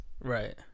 Right